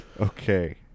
Okay